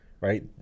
right